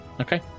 Okay